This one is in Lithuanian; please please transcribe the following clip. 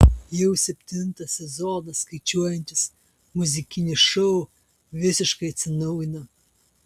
jau septintą sezoną skaičiuosiantis muzikinis šou visiškai atsinaujina